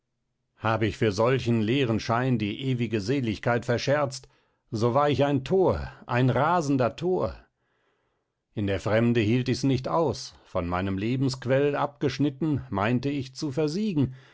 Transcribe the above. hab ich für solchen leeren schein die ewige seligkeit verscherzt so war ich ein thor ein rasender thor in der fremde hielt ichs nicht aus von meinem lebensquell abgeschnitten meinte ich zu versiegen